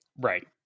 Right